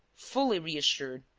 fully reassured,